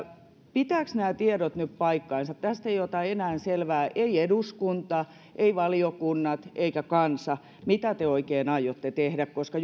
pitävätkö nämä tiedot nyt paikkansa tästä ei ota enää selvää eduskunta eivät valiokunnat eikä kansa mitä te oikein aiotte tehdä koska